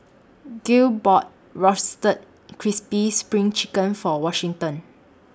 Gale bought Roasted Crispy SPRING Chicken For Washington